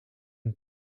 een